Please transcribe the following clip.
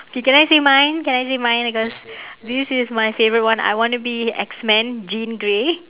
okay can I say mine can I say mine because this is my favourite one I want to be X man jean grey